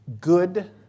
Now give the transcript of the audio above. good